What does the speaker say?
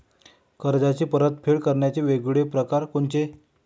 कर्जाची परतफेड करण्याचे वेगवेगळ परकार कोनचे?